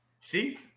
See